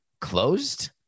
closed